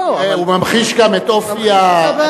הוא ממחיש גם את אופי ההצעה.